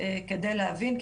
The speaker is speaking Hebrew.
כדי להבין.